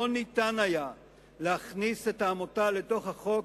לא ניתן היה להכניס את העמותה לתוך החוק,